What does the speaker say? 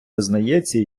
визнається